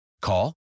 Call